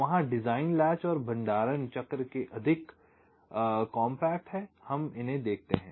तो वहाँ design latch और भंडारण चक्र के अधिक कॉम्पैक्ट हैं हम इन्हे देखते हैं